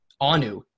Anu